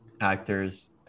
actors